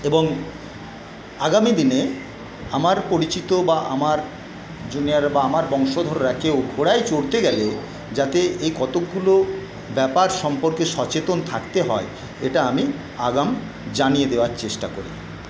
এবং আগামী দিনে আমার পরিচিত বা আমার জুনিয়ার বা আমার বংশধররা কেউ ঘোড়ায় চড়তে গেলে যাতে এই কতকগুলো ব্যাপার সম্পর্কে সচেতন থাকতে হয় এটা আমি আগাম জানিয়ে দেওয়ার চেষ্টা করি